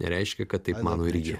nereiškia kad taip mano ir jie